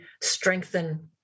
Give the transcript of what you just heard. strengthen